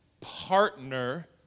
partner